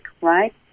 right